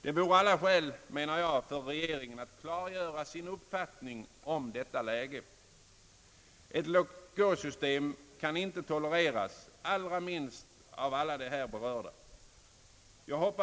Det vore alltså alla skäl för regeringen att klargöra sin uppfattning om detta läge. Ett låt-gå-system kan inte tolereras, allra minst av de här berörda.